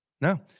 No